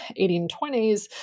1820s